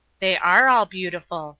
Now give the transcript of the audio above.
they are all beautiful,